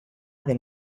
del